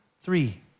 Three